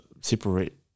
separate